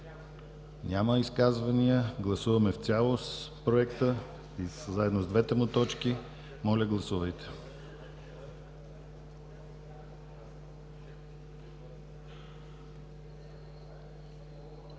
ли изказвания? Няма. Гласуваме в цялост Проекта, заедно с двете му точки. Моля, гласувайте.